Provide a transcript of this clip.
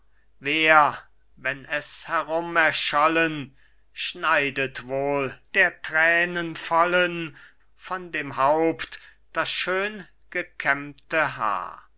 wer wenn es herum erschollen schneidet wohl der thränenvollen von dem haupt das schön gekämmte haar